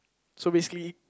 so basically